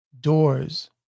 doors